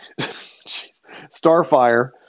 Starfire